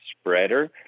spreader